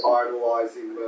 idolizing